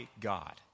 God